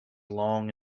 long